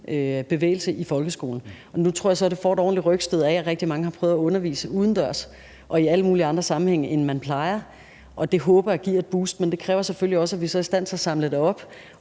bevægelse i folkeskolen. Nu tror jeg så, det får et ordentligt rygstød af, at rigtig mange har prøvet at undervise udendørs og i alle mulige andre sammenhænge, end man plejer, og det håber jeg giver et boost, men det kræver selvfølgelig også, at vi så er i stand til at samle det op